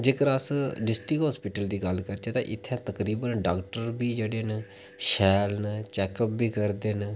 जेकर अस district hospital दी गल्ल करचै तां इत्थै तकर इवन डाक्टर बी जेह्ड़े न शैल न चैक अप बी करदे न